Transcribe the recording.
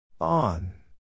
On